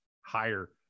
higher